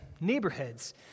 neighborhoods